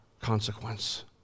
consequence